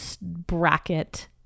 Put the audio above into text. bracket